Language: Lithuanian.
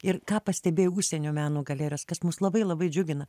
ir ką pastebėjo užsienio meno galerijos kas mus labai labai džiugina